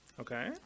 Okay